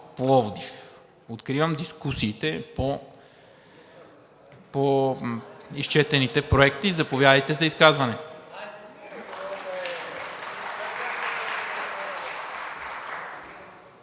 Пловдив.“ Откривам дискусиите по изчетените проекти. Заповядайте за изказване.